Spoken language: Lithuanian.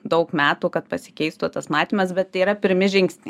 daug metų kad pasikeistų tas matymas bet tai yra pirmi žingsniai